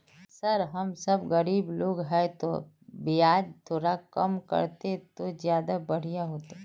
sir हम सब गरीब लोग है तो बियाज थोड़ा कम रहते तो ज्यदा बढ़िया होते